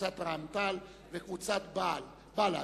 קבוצת רע"ם-תע"ל וקבוצת בל"ד.